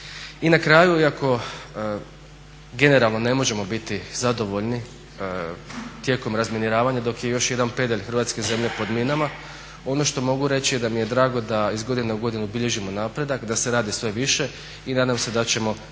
I na kraju iako generalno ne možemo biti zadovoljni tijekom razminiravanja dok je još jedan pedalj hrvatske zemlje pod minama ono što mogu reći da mi je drago da iz godine u godinu bilježimo napredak, da se radi sve više i nadam se da ćemo do 2019.